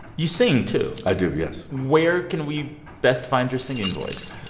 you sing, too i do. yes where can we best find your singing voice?